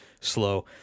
slow